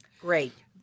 Great